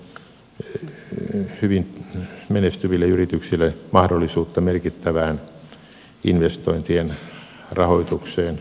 se antaisi hyvin menestyville yrityksille mahdollisuutta merkittävään investointien rahoitukseen tulorahoituksella